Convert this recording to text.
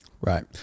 right